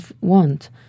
want